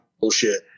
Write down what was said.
bullshit